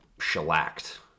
shellacked